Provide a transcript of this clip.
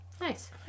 Nice